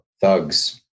thugs